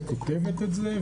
וכותבת את זה,